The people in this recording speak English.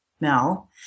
Mel